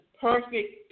perfect